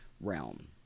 realm